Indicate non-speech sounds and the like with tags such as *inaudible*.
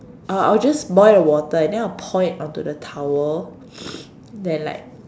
uh I'll just boil a water then I'll pour it onto the towel *noise* and then like